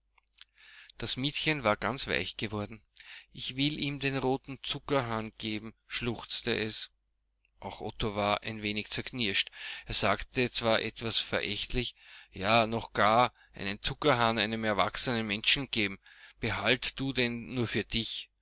das miezchen war ganz weich geworden ich will ihm den roten zuckerhahn geben schluchzte es auch otto war ein wenig zerknirscht er sagte zwar etwas verächtlich ja noch gar einen zuckerhahn einem erwachsenen menschen geben behalt du den nur für dich